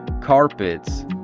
carpets